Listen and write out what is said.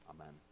amen